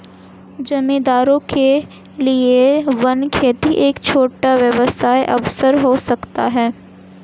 जमींदारों के लिए वन खेती एक छोटा व्यवसाय अवसर हो सकता है